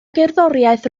gerddoriaeth